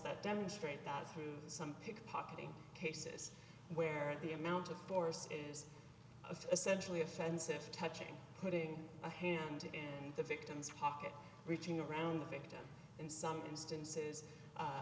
that demonstrate that through some pickpocketing cases where the amount of force is a essentially offensive touching putting a hand in the victim's pocket reaching around the victim in some instances